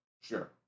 Sure